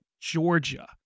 Georgia